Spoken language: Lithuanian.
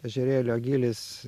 ežerėlio gylis